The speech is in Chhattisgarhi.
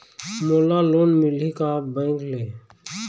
मोला लोन मिलही का बैंक ले?